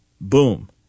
Boom